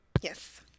Yes